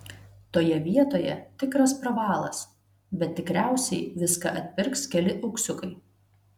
toje vietoje tikras pravalas bet tikriausiai viską atpirks keli auksiukai